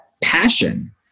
passion